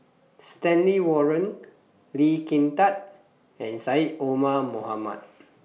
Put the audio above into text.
Stanley Warren Lee Kin Tat and Syed Omar Mohamed